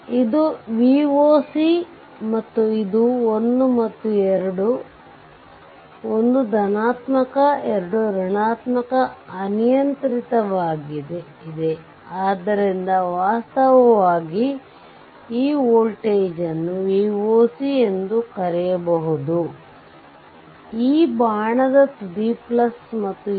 ಇದು Voc ಇದು 1 ಮತ್ತು 2 1 ಧನಾತ್ಮಕ 2 ಋಣಾತ್ಮಕ ಅನಿಯಂತ್ರಿತವಾಗಿದೆarbitraryಆದ್ದರಿಂದ ವಾಸ್ತವವಾಗಿ ಈ ವೋಲ್ಟೇಜ್ ಅನ್ನು Voc ಎಂದು ಕರೆಬಹುದು ಆ ಬಾಣದ ತುದಿ ಮತ್ತು ಇದು